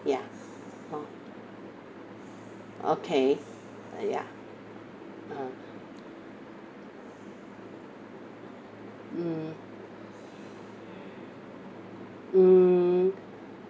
ya hor okay uh ya ah mm hmm